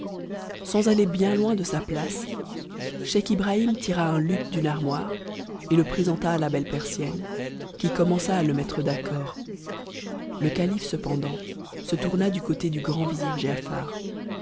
sms aller bien loin de sa place schcick ibrahim tira un luth d'une artoit'c et le présenta à la belle persienne qui commença à le mettre t itford le ca ite cependant se tourna du côte du grand vizir giafar